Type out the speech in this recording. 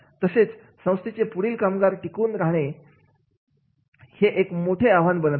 तसेच संस्थेचे पुढे कामगार टिकून राहणे हे एक मोठे आव्हान बनत आहे